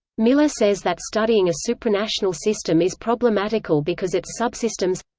miller says that studying a supranational system is problematical because its subsystems.